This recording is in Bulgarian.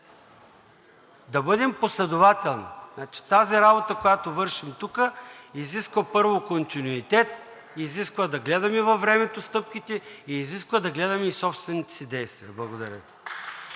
Да бъдем последователни. Тази работа, която вършим тук, изисква, първо, континуитет, изисква да гледаме във времето стъпките и изисква да гледаме и собствените си действия. Благодаря